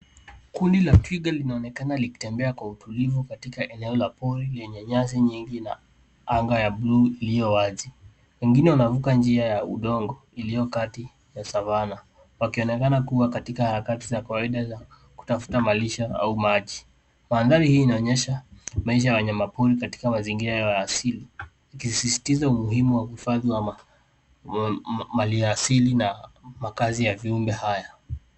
Kundi la twiga linaonekana likitembea kwa utulivu katika eneo la pori yenye nyasi nyingi na anga ya buluu iliyo wazi. Wengine wanavuka njia ya udongo iliyo kati ya savana wakionekana kuwa katika harakati za kawaida za kutafuta malisho au maji. Mandhari hii inaonyesha maisha ya wanyamapori katika mazingira yao ya asii ikisisitiza umuhimu wa uhifadhi wa maliasili na makazi ya viumbe haya.